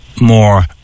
more